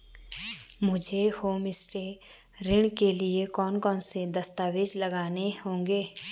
मुझे होमस्टे ऋण के लिए कौन कौनसे दस्तावेज़ लगाने होंगे?